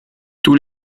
tous